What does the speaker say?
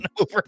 over